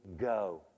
go